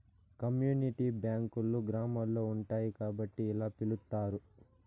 community బ్యాంకులు గ్రామాల్లో ఉంటాయి కాబట్టి ఇలా పిలుత్తారు